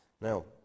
Now